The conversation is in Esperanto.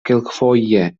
kelkfoje